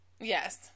Yes